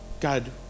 God